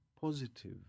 positive